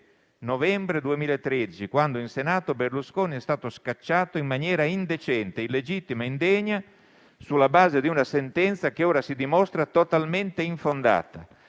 27.11.2013 quando in Senato Berlusconi è stato scacciato in maniera indecente, illegittima, indegna, sulla base di una sentenza che ora si dimostra totalmente infondata...